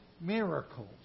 miracles